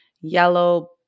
yellow